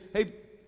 Hey